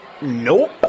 Nope